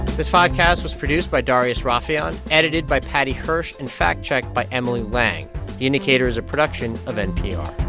this podcast was produced by darius rafieyan, edited by paddy hirsch and fact-checked by emily lang. the indicator is a production of npr